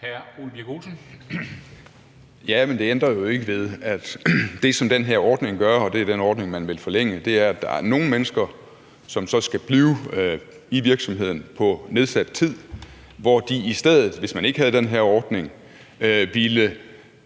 Ole Birk Olesen (LA): Jamen det ændrer jo ikke ved, at det, der sker med den her ordning – og det er den ordning, man vil forlænge – er, at der er nogle mennesker, som så skal blive i virksomheden på nedsat tid, hvor de i stedet, hvis man ikke havde den her ordning, ville